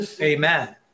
amen